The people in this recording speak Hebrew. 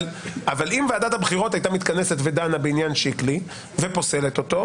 אם ועדת הבחירות הייתה מתכנסת ודנה בעניין שיקלי ופוסלת אותו,